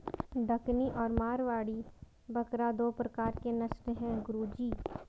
डकनी और मारवाड़ी बकरा दो प्रकार के नस्ल है गुरु जी